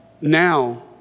Now